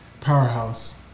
powerhouse